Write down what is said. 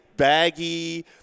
baggy